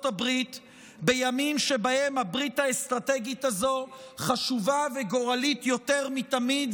הברית בימים שבהם הברית האסטרטגית הזו חשובה וגורלית יותר מתמיד,